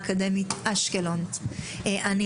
שאתם יודעים, אנחנו